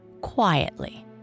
quietly